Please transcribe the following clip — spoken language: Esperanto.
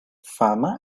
fama